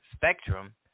spectrum